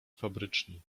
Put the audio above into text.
fabryczni